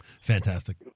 Fantastic